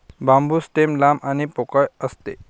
बांबू stem लांब आणि पोकळ असते